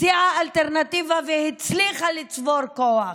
הציעה אלטרנטיבה והצליחה לצבור כוח.